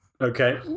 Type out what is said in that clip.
okay